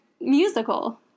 musical